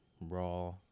Raw